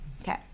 Okay